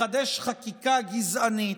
לחדש חקיקה גזענית.